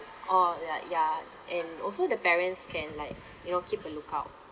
orh ya ya and also the parents can like you know keep a lookout